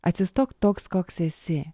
atsistok toks koks esi